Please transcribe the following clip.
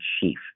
chief